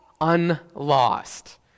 unlost